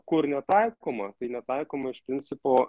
kur netaikoma tai netaikoma iš principo